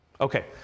Okay